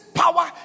power